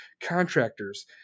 contractors